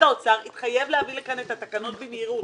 האוצר התחייב להביא לכאן את התקנות במהירות.